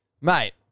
Mate